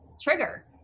trigger